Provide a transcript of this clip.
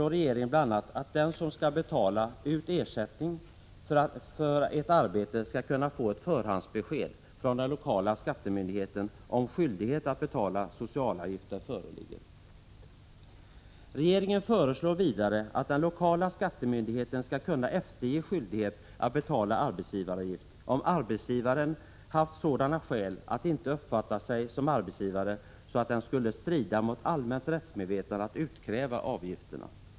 Regeringen föreslår vidare att lokala skattemyndigheten skall kunna efterge skyldighet att betala arbetsgivaravgift, om arbetsgivaren haft sådana skäl att inte uppfatta sig som arbetsgivare att det skulle strida mot allmänt rättsmedvetande att utkräva avgifterna.